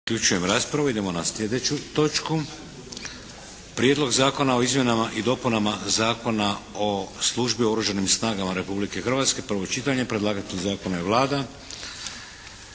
Vladimir (HDZ)** Idemo na sljedeću točku –- Prijedlog Zakona o izmjenama i dopunama Zakona o službi u oružanim snagama Republike Hrvatske, prvo čitanje P.Z. br. 659 Predlagatelj Zakona je Vlada.